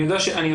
אני יודע שהתחיל,